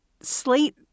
Slate